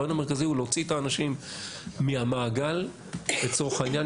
הרעיון המרכזי הוא להוציא את האנשים מהמעגל לצורך העניין,